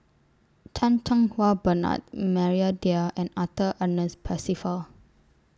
Chan Cheng Wah Bernard Maria Dyer and Arthur Ernest Percival